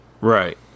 Right